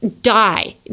die